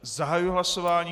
Zahajuji hlasování.